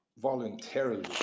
voluntarily